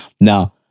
now